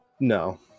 No